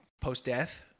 post-death